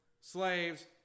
slaves